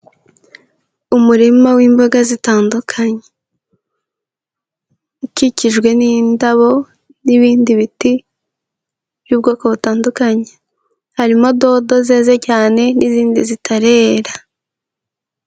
Umurima w'imboga zitandukanye, ukikijwe n'indabo n'ibindi biti by'ubwoko butandukanye, harimo dodo zeze cyane n'izindi zitarera.